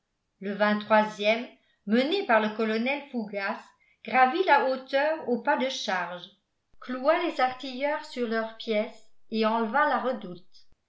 le ème mené par le colonel fougas gravit la hauteur au pas de charge cloua les artilleurs sur leurs pièces et enleva la redoute